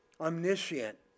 Omniscient